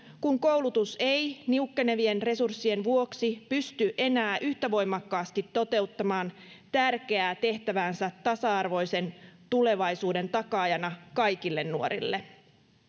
kun koulutus ei niukkenevien resurssien vuoksi pysty enää yhtä voimakkaasti toteuttamaan tärkeää tehtäväänsä tasa arvoisen tulevaisuuden takaajana kaikille nuorille